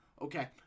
Okay